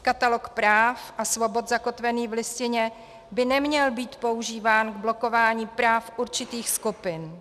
Katalog práv a svobod zakotvený v Listině by neměl být používán k blokování práv určitých skupin.